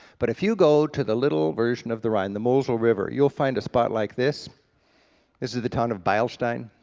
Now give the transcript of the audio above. but if you go to the little version of the rhine, the mosel river, you'll find a spot like this. this is the the town of beilstein,